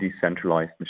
decentralized